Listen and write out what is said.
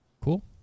cool